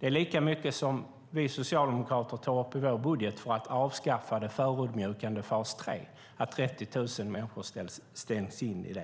Det är lika mycket som vi socialdemokrater lägger i vår budget på att avskaffa det förödmjukande fas 3, som 30 000 personer stängts in i.